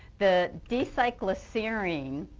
the decycle ah serene,